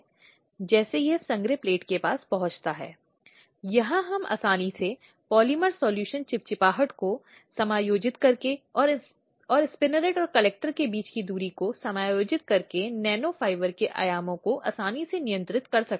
इसके अतिरिक्त यह समिति की जिम्मेदारी है कि महत्वपूर्ण तथ्यों पर प्रश्न रखे जिनका शिकायत के उद्देश्य के लिए निर्धारित किया जाना आवश्यक है